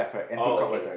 oh okay